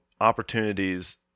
opportunities